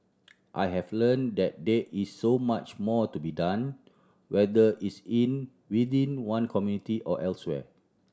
I have learn that there is so much more to be done whether it's in within one community or elsewhere